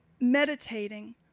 meditating